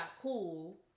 cool